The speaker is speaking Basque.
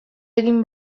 egin